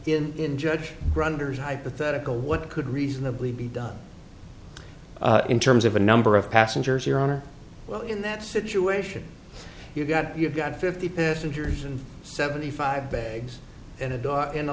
in judge runners hypothetical what could reasonably be done in terms of a number of passengers your honor well in that situation you've got you've got fifty passengers and seventy five bags and a dog in the